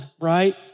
right